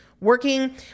working